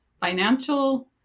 financial